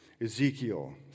Ezekiel